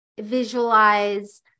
visualize